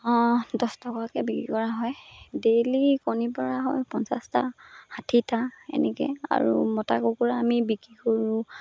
দহ টকাকৈ বিক্ৰী কৰা হয় ডেইলি কণী পৰা হয় পঞ্চাছটা ষাঠিটা এনেকৈ আৰু মতা কুকুৰা আমি বিক্ৰী কৰোঁ